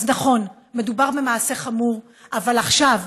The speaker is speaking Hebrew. אז נכון, מדובר במעשה חמור, אבל עכשיו,